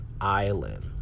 Island